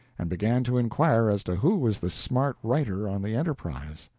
and began to inquire as to who was the smart writer on the enterprise.